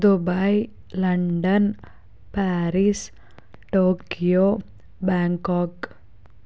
Dubai London Paris Tokyo Bangkok